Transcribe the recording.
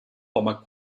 format